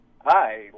hi